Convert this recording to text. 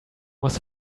was